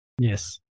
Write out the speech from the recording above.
yes